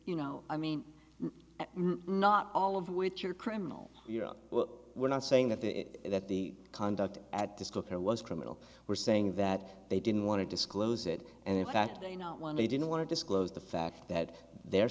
you know i mean not all of which are criminal well we're not saying that the that the conduct at this cooker was criminal we're saying that they didn't want to disclose it and in fact when they didn't want to disclose the fact that their